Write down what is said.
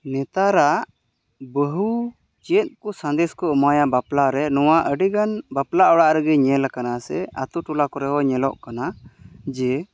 ᱱᱮᱛᱟᱨᱟᱜ ᱵᱟᱦᱩ ᱪᱮᱫ ᱠᱚ ᱥᱟᱸᱫᱮᱥ ᱠᱚ ᱮᱢᱟᱭᱟ ᱵᱟᱯᱞᱟ ᱨᱮ ᱱᱚᱣᱟ ᱟᱰᱤ ᱜᱟᱱ ᱵᱟᱯᱞᱟ ᱚᱲᱟᱜ ᱨᱮᱜᱮ ᱧᱮᱞ ᱟᱠᱟᱱᱟ ᱥᱮ ᱟᱛᱩ ᱴᱚᱞᱟ ᱠᱚᱨᱮ ᱦᱚᱸ ᱧᱮᱞᱚᱜ ᱠᱟᱱᱟ ᱡᱮ